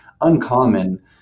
uncommon